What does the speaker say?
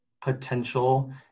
potential